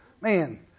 man